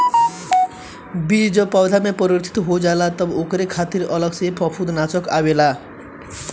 बीज जब पौधा में परिवर्तित हो जाला तब ओकरे खातिर अलग से फंफूदनाशक आवेला